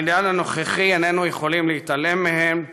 בעידן הנוכחי איננו יכולים להתעלם מהן,